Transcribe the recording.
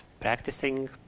practicing